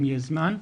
אם יהיה זמן,